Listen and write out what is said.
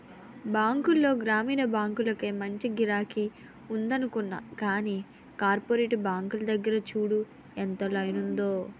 బాంకుల్లో గ్రామీణ బాంకులకే మంచి గిరాకి ఉందనుకున్నా గానీ, కోపరేటివ్ బాంకుల దగ్గర చూడు ఎంత లైనుందో?